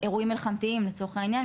אירועים מלחמתיים לצורך העניין,